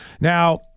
Now